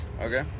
Okay